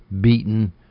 beaten